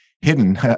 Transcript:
hidden